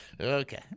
Okay